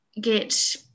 get